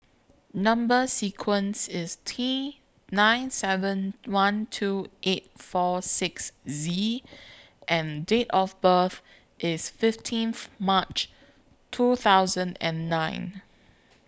Number sequence IS T nine seven one two eight four six Z and Date of birth IS fifteenth March two thousand and nine